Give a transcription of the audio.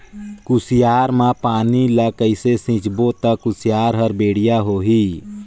कुसियार मा पानी ला कइसे सिंचबो ता कुसियार हर बेडिया होही?